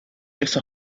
esa